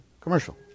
commercial